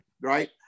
Right